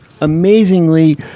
amazingly